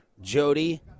Jody